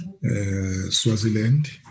Swaziland